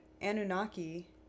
Anunnaki